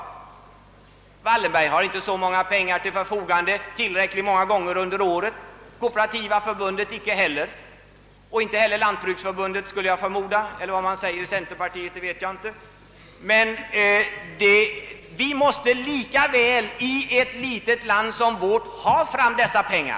Herrarna Wallenberg har inte så mycket pengar till förfogande tillräckligt många gånger under året, icke heller Kooperativa förbundet. Jag skulle förmoda att inte heller Lantbruksförbundet har det, men jag vet inte vad man säger om detta i centerpartiet. Vi måste likväl i ett litet land som vårt skaffa fram dessa pengar.